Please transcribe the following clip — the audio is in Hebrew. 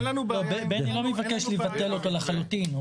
בני לא מבקש לבטל אותו לחלוטין.